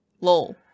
Lol